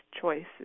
choices